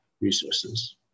resources